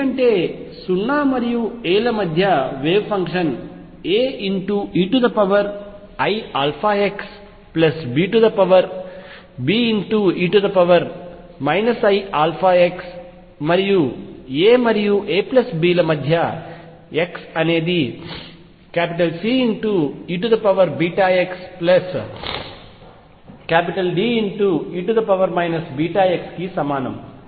ఏమిటంటే 0 మరియు a ల మధ్య వేవ్ ఫంక్షన్ AeiαxBe iαx మరియు a మరియు ab ల మధ్య x అనేది CeβxDe βx కి సమానం